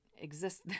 exist